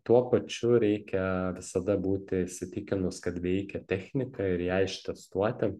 tuo pačiu reikia visada būti įsitikinus kad veikia technika ir ją ištestuoti